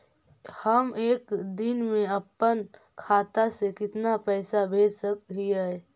हम एक दिन में अपन खाता से कितना पैसा भेज सक हिय?